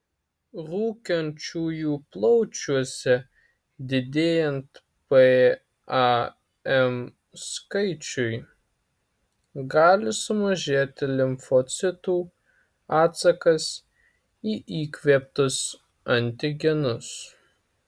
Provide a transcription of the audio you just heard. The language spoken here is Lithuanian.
rūkančiųjų plaučiuose didėjant pam skaičiui gali sumažėti limfocitų atsakas į įkvėptus antigenus